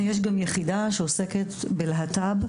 יש גם יחידה שעוסקת בלהט"ב.